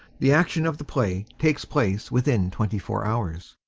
the action of the play takes place within twenty-four hours.